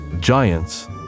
giants